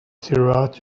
throughout